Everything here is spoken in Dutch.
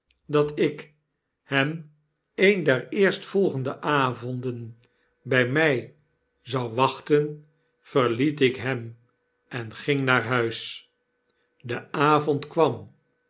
dat ik hem een der eerstvolgende avonden bg mfl zou wachten verliet ik hem en ging naar huis de avond kwam